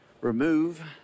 remove